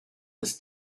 des